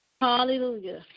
Hallelujah